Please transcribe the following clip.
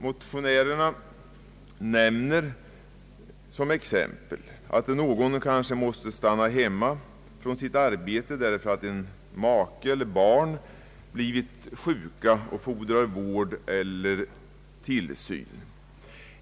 Motionen nämner som exempel att någon kanske måste stanna hemma från sitt arbete därför att make eller barn blivit sjuka och fordrar vård och tillsyn.